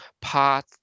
Path